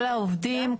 כל העובדים,